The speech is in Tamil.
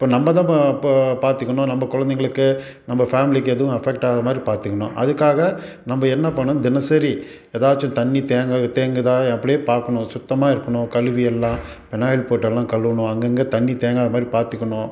இப்போ நம்ம தான் இப்போ பார்த்துக்கணும் நம்ம கொழந்தைங்களுக்கு நம்ம ஃபேம்லிக்கு எதுவும் அஃபெக்ட் ஆகாத மாதிரி பார்த்துக்கணும் அதுக்காக நம்ம என்ன பண்ணணும் தினசரி ஏதாச்சும் தண்ணி தேங்க தேங்குதா அப்படியே பார்க்கணும் சுத்தமாக இருக்கணும் கழுவி எல்லாம் பெனாயில் போட்டெல்லாம் கழுவுணும் அங்கங்கே தண்ணி தேங்காத மாதிரி பார்த்துக்கணும்